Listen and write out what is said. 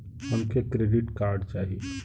हमके credit card चाही